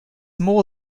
more